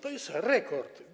To jest rekord.